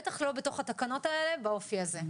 בטח לא בתוך התקנות האלה באופי הזה.